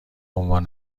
عنوان